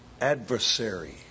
adversary